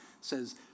says